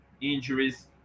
injuries